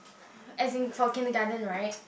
as in for kindergarten right